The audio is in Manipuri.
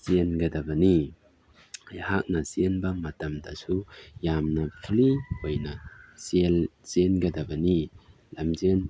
ꯆꯦꯟꯒꯗꯕꯅꯤ ꯑꯩꯍꯥꯛꯅ ꯆꯦꯟꯕ ꯃꯇꯝꯗꯁꯨ ꯌꯥꯝꯅ ꯐ꯭ꯂꯤ ꯑꯣꯏꯅ ꯆꯦꯟꯒꯗꯕꯅꯤ ꯂꯝꯖꯦꯟ